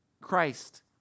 Christ